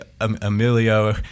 Emilio